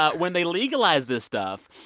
ah when they legalized this stuff,